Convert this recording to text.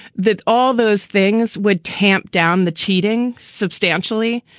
that all those things would tamp down the cheating substantially.